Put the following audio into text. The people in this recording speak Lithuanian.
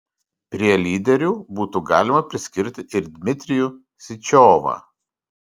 prie lyderių būtų galima priskirti ir dmitrijų syčiovą